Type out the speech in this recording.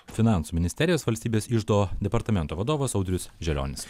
finansų ministerijos valstybės iždo departamento vadovas audrius želionis